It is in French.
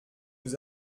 nous